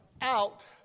out